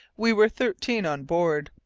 we were thirteen on board.